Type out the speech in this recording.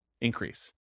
increase